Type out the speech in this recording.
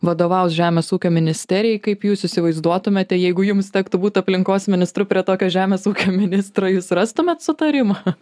vadovaus žemės ūkio ministerijai kaip jūs įsivaizduotumėte jeigu jums tektų būt aplinkos ministru prie tokio žemės ūkio ministro jūs rastumėt sutarimą